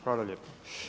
Hvala lijepo.